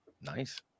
nice